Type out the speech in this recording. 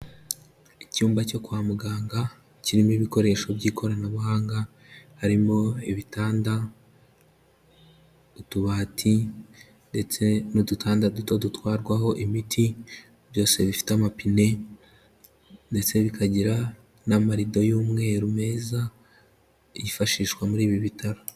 Icyumba cyo kwa muganga kirimo ibikoresho by'ikoranabuhanga, harimo ibitanda, utubati ndetse n'udutanda duto dutwarwaho imiti, byose bifite amapine ndetse bikagira n'amarido y'umweru meza, yifashishwa muri ibi bitaro.